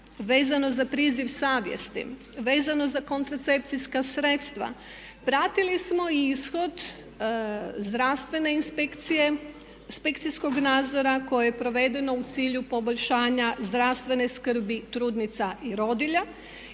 vezano za priziv savjesti, vezano za kontracepcijska sredstva, pratili smo i ishod zdravstvene inspekcije, inspekcijskog nadzora koje je provedeno u cilju poboljšanja zdravstvene skrbi trudnica i rodilja.